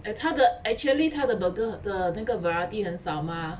err 他的 actually 他的 burger 的那个 variety 很少 mah